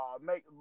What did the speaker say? make